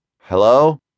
Hello